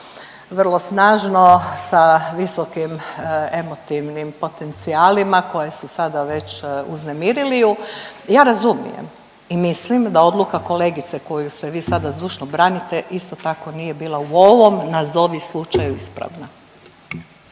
vrlo snažno sa visokim emotivnim potencijalima koji su je sada već uznemirili ju. Ja razumijem i mislim da odluka kolegice koju vi sada zdušno branite isto tako nije bila u ovom nazovi slučaju ispravna.